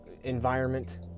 environment